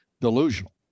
delusional